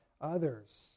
others